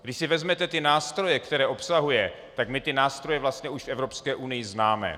Když si vezmete nástroje, které obsahuje, tak my ty nástroje vlastně už v Evropské unii známe.